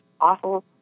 awful